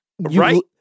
Right